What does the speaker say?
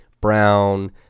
Brown